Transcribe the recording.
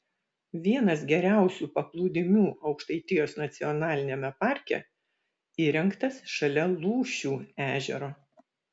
vienas geriausių paplūdimių aukštaitijos nacionaliniame parke įrengtas šalia lūšių ežero